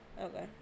Okay